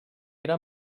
era